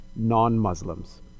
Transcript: non-muslims